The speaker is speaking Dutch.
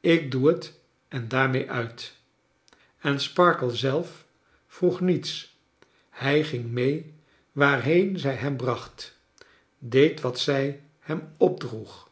ik doe het en daarmee uit en sparkler zelf vroeg niets hij ging mee waarheen zij hem bracht deed wat zij liem opdroeg